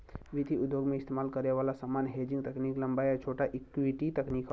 वित्तीय उद्योग में इस्तेमाल करे वाला सामान्य हेजिंग तकनीक लंबा या छोटा इक्विटी तकनीक हौ